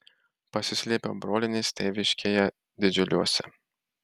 pasislėpiau brolienės tėviškėje didžiuliuose